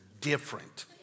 different